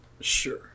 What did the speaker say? Sure